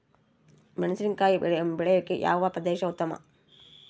ಮೆಣಸಿನಕಾಯಿ ಬೆಳೆಯೊಕೆ ಯಾವ ಪ್ರದೇಶ ಉತ್ತಮ?